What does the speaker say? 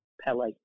Pele